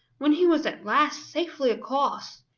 when he was at last safely across,